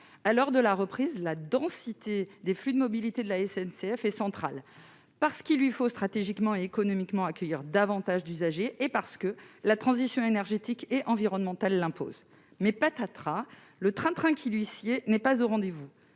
À l'heure de la reprise, la densité des flux de mobilité de la SNCF est centrale, parce qu'il lui faut, stratégiquement et économiquement, accueillir davantage d'usagers et parce que la transition énergétique et environnementale l'impose. Mais patatras ! Le train-train qui lui sied n'est pas au rendez-vous